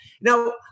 Now